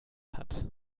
hat